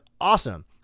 awesome